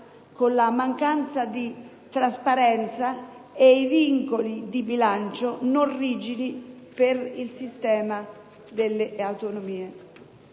con la mancanza di trasparenza e i vincoli di bilancio non rigidi per il sistema delle autonomie.